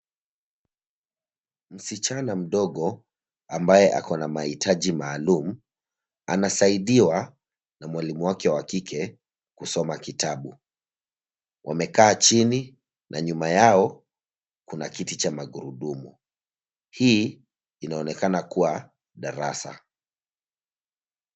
Msichana mdogo ambaye ako na mahitaji maalum anasaidiwa na mwalimu wake wa kike kusoma kitabu. Wamekaa chini na nyuma yao kuna kiti cha magurudumu. Hii inaonekana kuwa darasa.